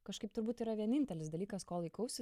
kažkaip turbūt yra vienintelis dalykas ko laikausi